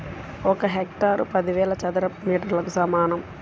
ఒక హెక్టారు పదివేల చదరపు మీటర్లకు సమానం